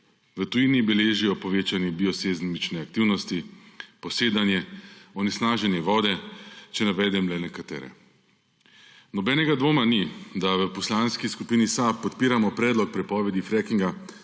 V tujini beležijo povečanje biosezmične aktivnosti, posedanje, onesnaženje vode, če navedem le nekatere. Nobenega dvoma ni, da v Poslanski skupini SAB podpiramo predlog prepovedi frackinga,